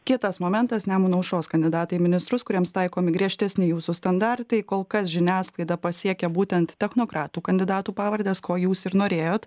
kitas momentas nemuno aušros kandidatai į ministrus kuriems taikomi griežtesni jūsų standartai kol kas žiniasklaidą pasiekia būtent technokratų kandidatų pavardės ko jūs ir norėjot